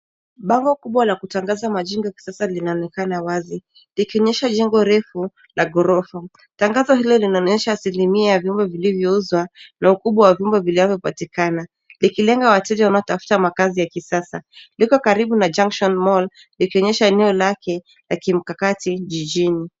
Bango kubwa la kutangaza majengo ya kisasa linaonekana wazi likionyesha jengo refu la ghorofa. Tangazo hilo linaonyesha asilimia ya vyumba vilivyouzwa na ukubwa wa vyumba vinavyopatikana, likilenga wateja wanaotafuta makazi ya kisasa. Liko karibu na junction mall likionyesha eneo lake la kimkakati jijini.